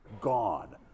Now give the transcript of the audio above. gone